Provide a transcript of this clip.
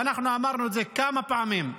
ואנחנו אמרנו את זה כמה פעמים.